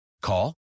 Call